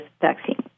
vaccine